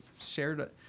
shared